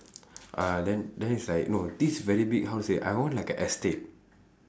uh then then it's like no this is very big house leh I want like a estate